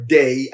day